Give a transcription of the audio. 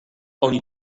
oni